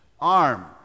arm